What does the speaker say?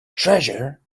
treasure